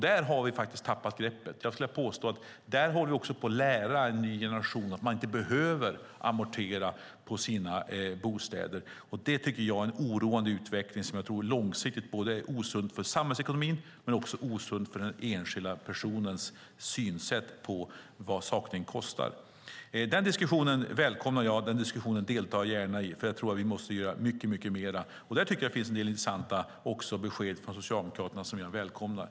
Där har vi tappat greppet. Jag skulle vilja påstå att vi håller på att lära en ny generation att man inte behöver amortera på sina bostäder. Det är en oroande utveckling som jag tror långsiktigt är osund både för samhällsekonomin och för den enskilda individens synsätt beträffande vad saker och ting kostar. Den diskussionen välkomnar jag och deltar gärna i. Jag tror att vi måste göra mycket mer, och där finns en del intressanta besked från Socialdemokraterna som jag välkomnar.